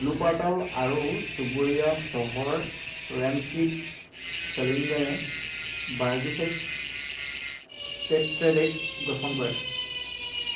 ব্লুপাৰটাল আৰু চুবুৰীয়া চহৰ ৰেমশ্বিড চলিংগেনে বাৰ্গিচেছ ষ্টেডটেড্ৰেক গঠন কৰে